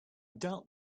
doubt